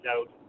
out